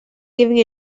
giving